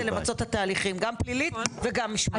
למצות את התהליכים פלילית וגם משמעתית.